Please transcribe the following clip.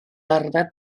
arfer